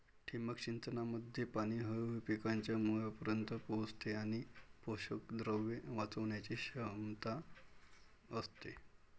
ठिबक सिंचनामध्ये पाणी हळूहळू पिकांच्या मुळांपर्यंत पोहोचते आणि पोषकद्रव्ये वाचवण्याची क्षमता असते